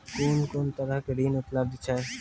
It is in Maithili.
कून कून तरहक ऋण उपलब्ध छै?